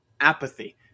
apathy